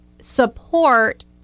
support